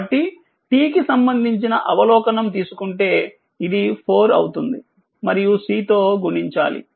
కాబట్టిtకి సంబంధించిన అవలోకనం తీసుకుంటేఇది4అవుతుంది మరియు C తో గుణించాలి